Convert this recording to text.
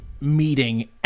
meeting